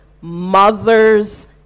Mother's